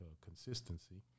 consistency